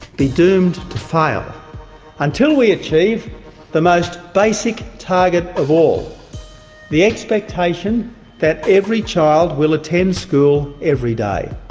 be doomed to fail until we achieve the most basic target of all the expectation that every child will attend school every day.